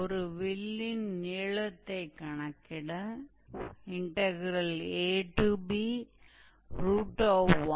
तो यह curve yf की आर्क की लंबाई देने के लिए फॉर्मूला है